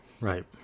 Right